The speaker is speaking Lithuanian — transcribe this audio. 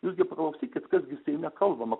jūs gi paklausykit kas gi seime kalbama